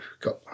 got